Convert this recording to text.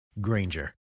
Granger